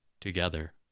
together